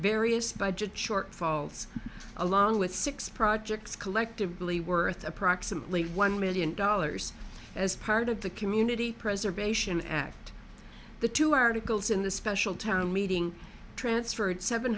various budget shortfalls along with six projects collectively worth approximately one million dollars as part of the community preservation act the two articles in the special town meeting transferred seven